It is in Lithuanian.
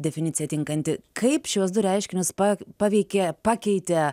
definicija tinkanti kaip šiuos du reiškinius pa paveikė pakeitė